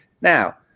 Now